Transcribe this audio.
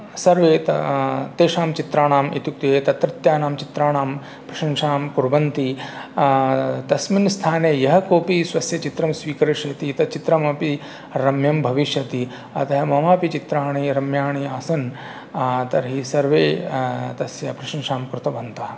सर्वे तेषां चित्राणाम् इत्युक्ते तत्रत्याणां चित्राणां प्रशंसां कुर्वन्ति तस्मिन् स्थाने यः कोऽपि स्वस्य चित्रं स्वीकरिष्यति तत् चित्रमपि रम्यं भविष्यति अतः मम अपि चित्राणि रम्याणि आसन् तर्हि सर्वे तस्य प्रशंसां कृतवन्तः